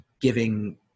giving